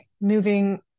moving